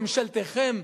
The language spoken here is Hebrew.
ממשלתכם,